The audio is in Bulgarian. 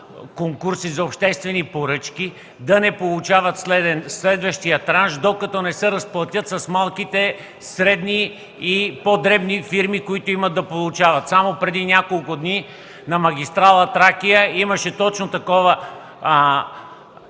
конкурси за обществени поръчки, да не получават следващия транш, докато се разплатят с малките, средни и по-дребни фирми, които имат да получават. Само преди няколко дни на магистрала „Тракия” имаше точно такъв бунт